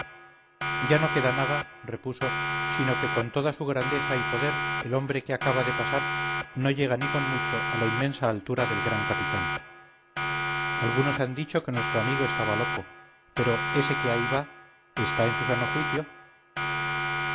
ya no queda nada repuso sino que con toda su grandeza y poder el hombre que acaba de pasar no llega ni con mucho a la inmensa altura del gran capitán algunos han dicho que nuestro amigo estaba loco pero ese que ahí va está en su sano juicio